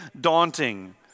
daunting